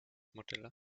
modelle